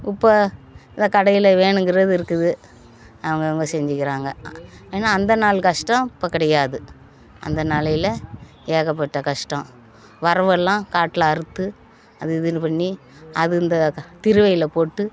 இப்போ இந்த கடையில் வேணுங்கிறது இருக்குது அவங்க அவங்க செஞ்சிக்கிறாங்க ஏன்னா அந்த நாள் கஷ்டம் இப்போ கிடையாது அந்த நாளையில் ஏகப்பட்ட கஷ்டம் வரவெல்லாம் காட்டில அறுத்து அது இதுன்னு பண்ணி அது இந்த திருவையில் போட்டு